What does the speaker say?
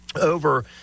over